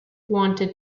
wanted